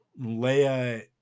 Leia